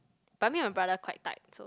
but me and my brother quite tight so